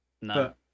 no